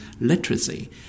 literacy